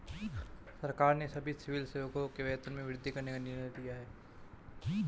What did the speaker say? सरकार ने सभी सिविल सेवकों के वेतन में वृद्धि करने का निर्णय लिया है